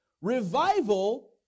Revival